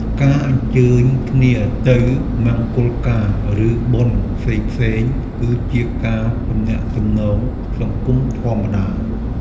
ការអញ្ជើញគ្នាទៅមង្គលការ ឬបុណ្យផ្សេងៗគឺជាការទំនាក់ទំនងសង្គមធម្មតា។